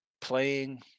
playing